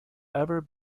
ever